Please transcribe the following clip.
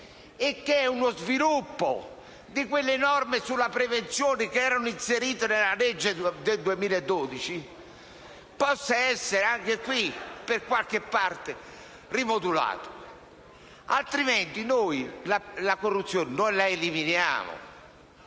e che è uno sviluppo di quelle norme sulla prevenzione che erano inserite nella legge del 2012, possa essere per qualche parte rimodulato, altrimenti noi non eliminiamo